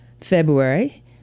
February